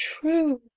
true